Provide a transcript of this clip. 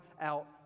out